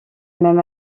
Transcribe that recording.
même